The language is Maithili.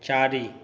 चारि